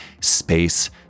Space